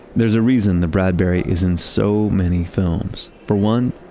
there's a reason the bradbury is in so many films. for one,